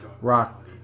Rock